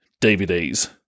DVDs